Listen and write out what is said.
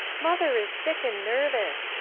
mother is sick and nervous.